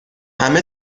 همه